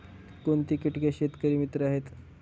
कोणती किटके शेतकरी मित्र आहेत?